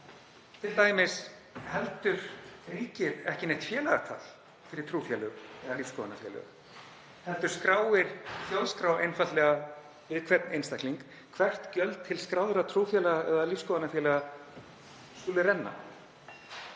Til dæmis heldur ríkið ekki neitt félagatal fyrir trúfélög eða lífsskoðunarfélög heldur skráir Þjóðskrá einfaldlega við hvern einstakling, hvert gjöld til skráðra trúfélaga eða lífsskoðunarfélaga skulu renna.